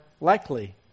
likely